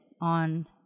on